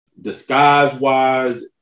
disguise-wise